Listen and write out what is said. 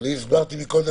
הסברתי קודם,